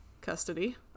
custody